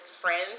friends